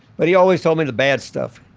but he always told me the bad stuff